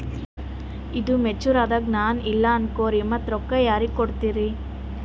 ಈದು ಮೆಚುರ್ ಅದಾಗ ನಾ ಇಲ್ಲ ಅನಕೊರಿ ಮತ್ತ ರೊಕ್ಕ ಯಾರಿಗ ಕೊಡತಿರಿ?